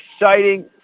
exciting